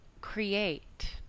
create